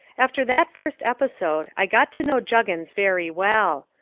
after that first episode i got to know juggins very well.